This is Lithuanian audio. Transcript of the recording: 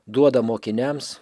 duoda mokiniams